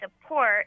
support